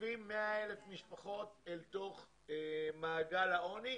דוחפים 100,000 משפחות אל תוך מעגל העוני,